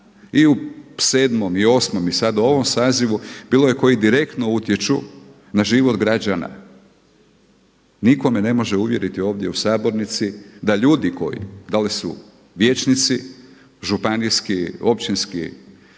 i u 7. i u 8. i sada u ovom sazivu bilo je koji direktno utječu na život građana. Nitko me ne može uvjeriti ovdje u sabornici da ljudi koji, da li su vijećnici, županijski, općinski,